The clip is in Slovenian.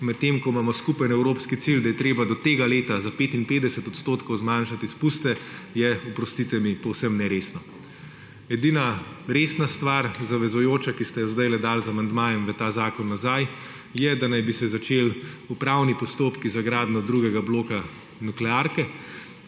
medtem ko imamo skupen evropski cilj, da je treba do tega leta za 55 % zmanjšati izpuste, je, oprostite, povsem neresno. Edina resna stvar, zavezujoča, ki ste jo zdaj dali z amandmajem v ta zakon nazaj, je, da naj bi se začeli upravni postopki za gradnjo drugega bloka nuklearke.